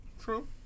True